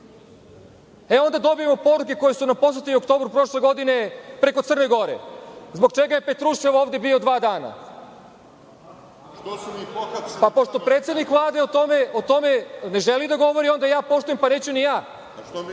onda dobijemo poruke koje su nam poslate i u oktobru prošle godine preko Crne Gore. Zbog čega je Petrušev ovde bio dva dana? Pošto predsednik Vlade o tome ne želi da govori, onda ja poštujem, pa neću ni ja,